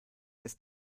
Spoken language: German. ist